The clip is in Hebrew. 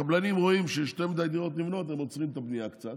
הקבלנים רואים שיש יותר מדי דירות שנבנות אז הם עוצרים את הבנייה קצת,